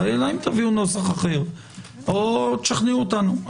אלא אם כן תביאו נוסח אחר או תשכנעו אותנו.